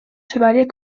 chevalets